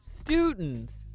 students